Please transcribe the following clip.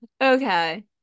Okay